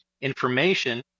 information